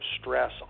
stress